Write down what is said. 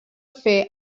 fer